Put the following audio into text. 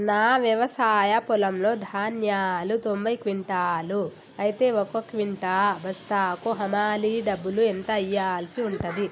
నా వ్యవసాయ పొలంలో ధాన్యాలు తొంభై క్వింటాలు అయితే ఒక క్వింటా బస్తాకు హమాలీ డబ్బులు ఎంత ఇయ్యాల్సి ఉంటది?